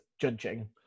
judging